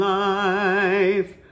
life